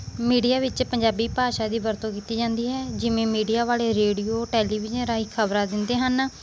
media ਵਿੱਚ ਪੰਜਾਬੀ ਭਾਸ਼ਾ ਦੀ ਵਰਤੋਂ ਕੀਤੀ ਜਾਂਦੀ ਹੈ ਜਿਵੇਂ ਮੀਡੀਆ ਵਾਲੇ ਰੇਡੀਓ ਟੈਲੀਵਿਜ਼ਨ ਰਾਹੀਂ ਖ਼ਬਰਾਂ ਦਿੰਦੇ ਹਨ